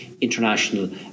international